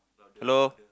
hello